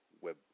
web